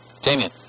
Damien